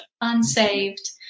unsaved